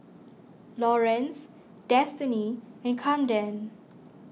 Lawerence Destiny and Camden